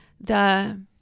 the-